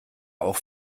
auch